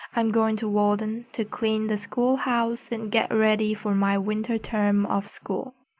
i'm going to walden to clean the schoolhouse and get ready for my winter term of school.